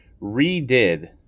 redid